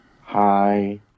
Hi